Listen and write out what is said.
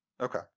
Okay